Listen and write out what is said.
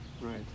right